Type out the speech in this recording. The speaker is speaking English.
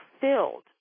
filled